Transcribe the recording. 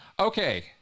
Okay